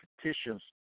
petitions